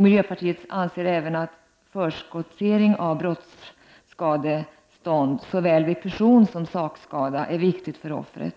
Miljöpartiet anser även att förskottering av brottsskadestånd såväl vid personsom vid sakskada är viktigt för offret.